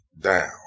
down